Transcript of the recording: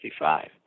1965